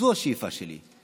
זו השאיפה שלי.